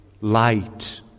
light